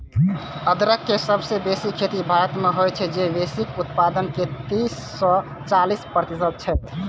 अदरक के सबसं बेसी खेती भारत मे होइ छै, जे वैश्विक उत्पादन के तीस सं चालीस प्रतिशत छै